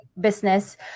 business